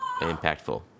impactful